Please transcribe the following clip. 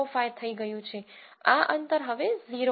05 થઈ ગયું છે આ અંતર હવે 0 નથી પરંતુ તે હજી પણ એક નાની સંખ્યા છે